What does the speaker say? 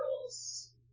Girls